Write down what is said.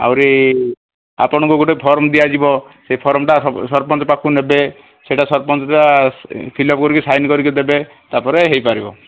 ଆହୁରି ଆପଣଙ୍କୁ ଗୋଟେ ଫର୍ମ୍ ଦିଆଯିବ ସେଇ ଫର୍ମ୍ଟା ସରପଞ୍ଚ ପାଖକୁ ନେବେ ସେଟା ସରପଞ୍ଚରା ଫିଲ୍ଅପ୍ କରିକି ସାଇନ୍ କରିକି ଦେବେ ତା'ପରେ ହୋଇପାରିବ